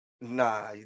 Nah